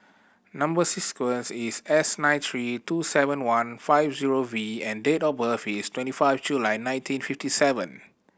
number is S nine three two seven one five zero V and date of birth is twenty five July nineteen fifty seven